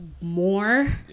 more